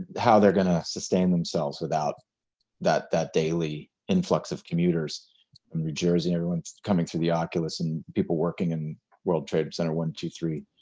how they're gonna sustain themselves without that that daily influx of commuter from so um new jersey, everyone's coming through the oculus and people working in world trade center one, two, three,